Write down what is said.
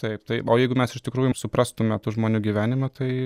taip tai o jeigu mes iš tikrųjų suprastume tų žmonių gyvenimą tai